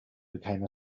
became